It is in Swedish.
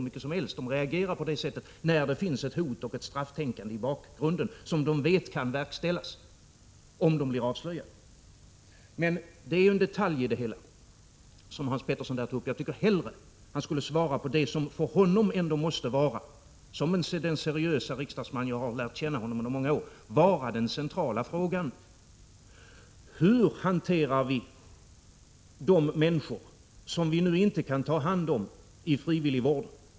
Människorna reagerar på detta sätt när det i bakgrunden finns ett hot och ett strafftänkande, som kan omsättas i handling, om de blir avslöjade. Men detta är ju en detalj i det hela. Hans Petersson känner jag sedan många år tillbaka som en seriös riksdagsman och därför tycker jag att han hellre borde ha svarat på det som för honom ändå måste vara den centrala frågan: Hur hanterar vi de människor som vi nu inte kan ta hand om i frivilligvården?